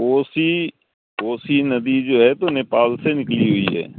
کوسی کوسی ندی جو ہے تو نیپال سے نکلی ہوئی ہے